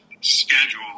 schedule